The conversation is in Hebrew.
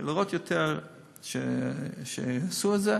לראות יותר שיעשו את זה.